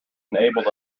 enabled